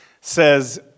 says